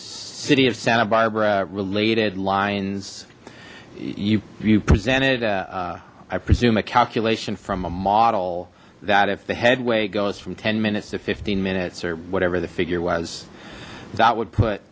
city of santa barbara related lines you presented i presume a calculation from a model that if the headway goes from ten minutes to fifteen minutes or whatever the figure was that would put